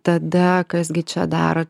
tada kas gi čia dar